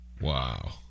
Wow